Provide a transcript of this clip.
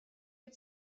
wyt